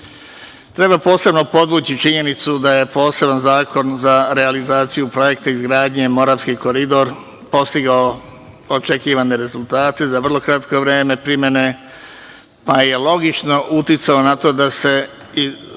Treba posebno podvući činjenicu da je poseban zakon za realizaciju projekta izgradnje Moravski koridor postigao očekivane rezultate za vrlo kratko vreme primene, pa je logično uticao na to da se za izgradnju